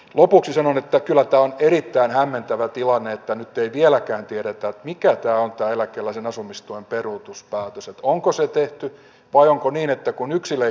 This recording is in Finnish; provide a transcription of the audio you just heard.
lopuksi sen että tilataan pyritään hämmentävä tilanne että nyt ei vieläkään tiedetä mikä tää on täällä kelasin asumistuen peruutuspäätös onko se tehty vai onko niin että kun yksilön